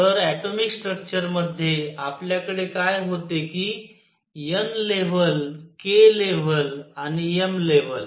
तर ऍटोमिक स्ट्रक्चरमध्ये आपल्याकडे काय होते कि n लेव्हल k लेव्हल आणि m लेव्हल